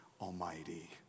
Almighty